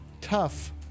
tough